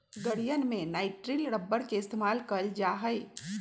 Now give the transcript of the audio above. गड़ीयन में nitrile rubber के इस्तेमाल कइल जा हई